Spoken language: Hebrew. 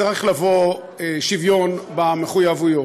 צריך לבוא שוויון במחויבויות,